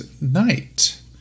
night